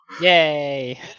yay